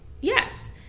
Yes